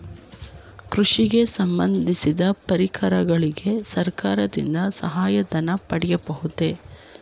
ಕೃಷಿಗೆ ಸಂಬಂದಿಸಿದ ಪರಿಕರಗಳಿಗೆ ಸರ್ಕಾರದಿಂದ ಸಹಾಯ ಧನ ಪಡೆಯಬಹುದೇ?